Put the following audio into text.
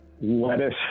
lettuce